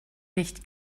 nicht